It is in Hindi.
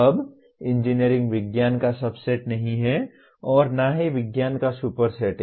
अब इंजीनियरिंग विज्ञान का सबसेट नहीं है और न ही विज्ञान का सुपरसेट है